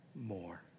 more